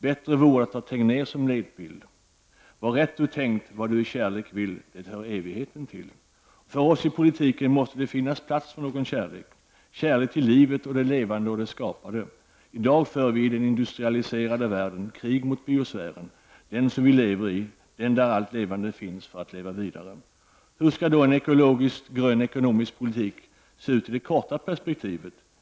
Bättre vore att ta Tegnér som ledstjärna: ”Vad rätt Du tänkt, vad Du i kärlek vill, det hör evigheten till.” För oss i politiken måste det finnas plats för kärlek, kärlek till livet, det levande och skapade. I dag för vi i den industrialiserade världen krig mot biosfären, den som vi lever i, den där allt levande finns för att leva vidare. Hur skall en ekologisk grön ekonomisk politik se ut i det korta perspektivet?